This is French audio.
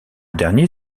dernier